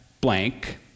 blank